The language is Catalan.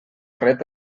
rep